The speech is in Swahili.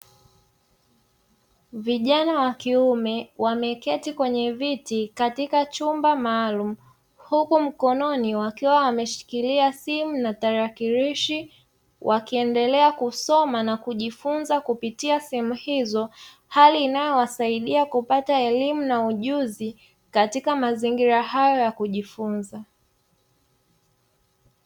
Vijana wa kiume wameketi kwenye viti katika chumba maalumu huku mkononi wakiwa wameshikilia simu na takirishi wakiendelea kusoma na kujifunza kupitia simu hizo, hali inayo wasaidia kupata elimu na ujuzi katika mazingira hayo ya kujifunza.